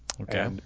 Okay